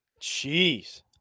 Jeez